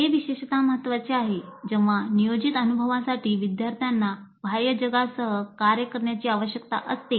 हे विशेषतः महत्वाचे आहे जेव्हा नियोजित अनुभवासाठी विद्यार्थ्यांना बाह्य जगासह कार्य करण्याची आवश्यकता असते